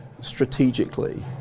strategically